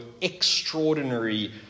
extraordinary